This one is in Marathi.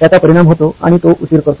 त्याचा परिणाम होतो आणि तो उशीर करतो